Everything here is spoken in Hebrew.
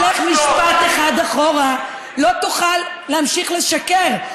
הרי אם תלך משפט אחד אחורה, לא תוכל להמשיך לשקר.